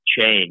change